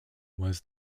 was